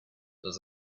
does